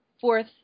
fourth